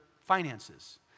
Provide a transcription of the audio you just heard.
finances